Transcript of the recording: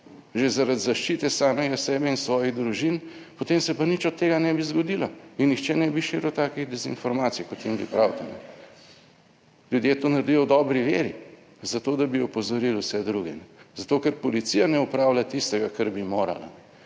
že zaradi zaščite samega sebe in svojih družin, potem se pa nič od tega ne bi zgodilo in nihče ne bi širil takih dezinformacij, kot jim vi pravite. Ljudje to naredijo v dobri veri, zato da bi opozorili vse druge, zato ker policija ne opravlja tistega, kar bi morala.